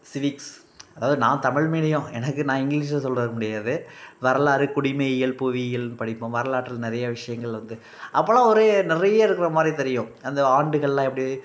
civics அதாவது நான் Tamil medium எனக்கு நான் இங்கிலீஷ்ல சொல்றதுக்கு முடியாது வரலாறு குடிமையியல் புவியியல்னு படிப்போம் வரலாற்றில் நிறைய விஷயங்கள் வந்து அப்போலாம் ஒரே நிறைய இருக்கிற மாதிரி தெரியும் அந்த ஆண்டுகள்லாம் எப்படி